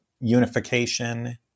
unification